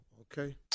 okay